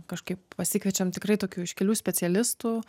kažkaip pasikviečiam tikrai tokių iškilių specialistų